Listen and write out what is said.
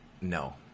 No